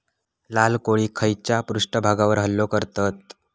लाल कोळी खैच्या पृष्ठभागावर हल्लो करतत?